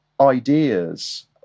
ideas